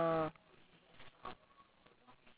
ah oh so you go weekdays ah